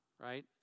right